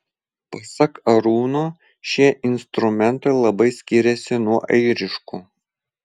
pasak arūno šie instrumentai labai skiriasi nuo airiškų